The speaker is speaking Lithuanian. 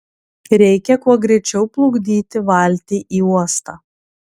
reikia kuo greičiau plukdyti valtį į uostą